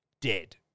dead